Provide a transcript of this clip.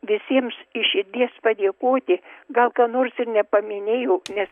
visiems iš širdies padėkoti gal ką nors ir nepaminėjau nes